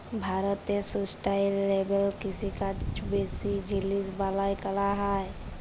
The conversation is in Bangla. ভারতে সুস্টাইলেবেল কিষিকাজ বেশি জিলিস বালাঁয় ক্যরা হ্যয়